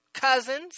cousins